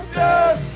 yes